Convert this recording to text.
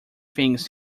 things